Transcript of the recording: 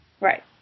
Right